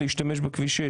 להשתמש בכביש 6,